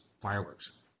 fireworks